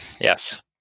Yes